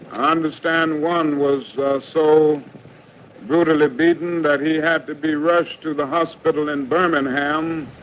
um understand one was so brutally beaten that he had to be rushed to the hospital in birmingham